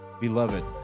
Beloved